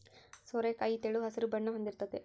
ಸೋರೆಕಾಯಿ ತೆಳು ಹಸಿರು ಬಣ್ಣ ಹೊಂದಿರ್ತತೆ